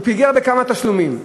הוא פיגר בכמה תשלומים.